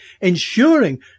ensuring